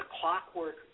clockwork